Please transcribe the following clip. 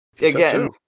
Again